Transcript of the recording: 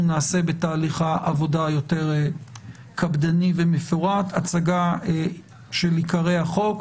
נעשה בתהליך העבודה היותר קפדני ומפורט הצגה של עיקרי החוק.